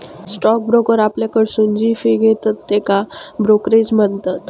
stock broker आपल्याकडसून जी fee घेतत त्येका ब्रोकरेज म्हणतत